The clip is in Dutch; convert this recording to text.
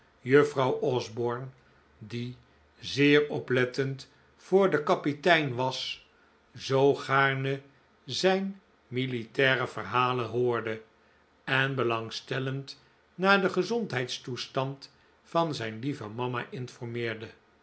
juffrouw osborne die zeer oplettend voor den kapitein was zoo gaarne zijn militaire verhalen hoorde en belangstellend naar den gezondheidstoestand van zijn iieve mama informeerde